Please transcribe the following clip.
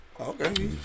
Okay